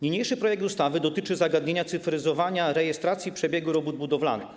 Niniejszy projekt ustawy dotyczy zagadnienia cyfryzowania rejestracji przebiegu robót budowlanych.